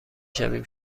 شویم